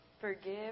Forgive